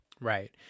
Right